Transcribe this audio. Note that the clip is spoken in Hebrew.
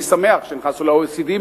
אני שמח שנכנסנו ל-OECD,